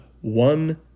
one